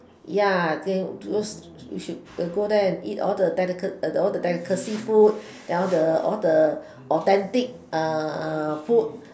ya go we should go there and eat all the deli~ all the delicacies food all the all the authentic food